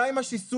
די עם השיסוע.